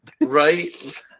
right